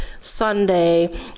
Sunday